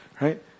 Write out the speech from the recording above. Right